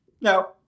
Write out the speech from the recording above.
No